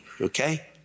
okay